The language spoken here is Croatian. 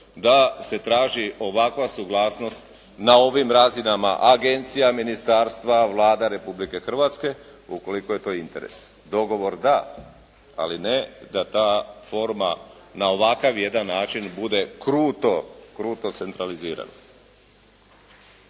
da se traži ovakva suglasnost na ovim razinama agencija ministarstva, Vlada Republike Hrvatske ukoliko je to interes. Dogovor da, ali ne da ta forma na ovakav jedan način bude kruto centralizirana.